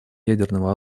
ядерного